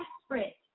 desperate